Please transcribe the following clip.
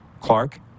Clark